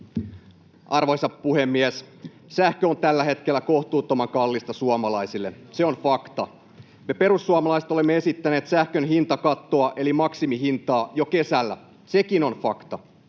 Arvoisa puhemies! Sähkö on tällä hetkellä kohtuuttoman kallista suomalaisille. Se on fakta. Me perussuomalaiset olemme esittäneet sähkön hintakattoa eli maksimihintaa jo kesällä. Sekin on fakta.